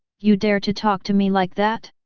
you dare to talk to me like that?